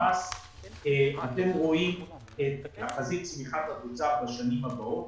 אתם רואים את תחזית הצמיחה בשנים הבאות.